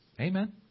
Amen